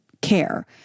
care